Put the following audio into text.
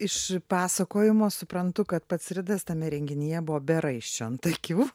iš pasakojimo suprantu kad pats ridas tame renginyje buvo be raiščio ant akių